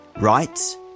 Rights